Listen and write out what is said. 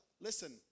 listen